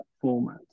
format